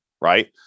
right